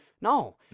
No